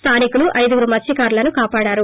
స్థానికులు ఐదుగురు మత్స్కారులను కాపాడారు